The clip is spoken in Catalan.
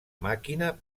màquina